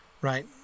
right